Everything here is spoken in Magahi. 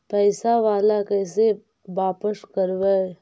पैसा बाला कैसे बापस करबय?